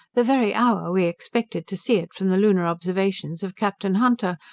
the very hour we expected to see it from the lunar observations of captain hunter,